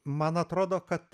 man atrodo kad